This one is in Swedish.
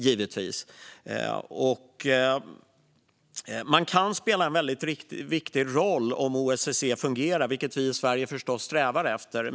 Om OSSE fungerar kan man spela en väldigt viktig roll, vilket vi i Sverige förstås strävar efter.